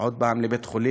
עוד פעם לבית-חולים,